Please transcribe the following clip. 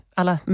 alla